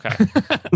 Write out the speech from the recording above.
Okay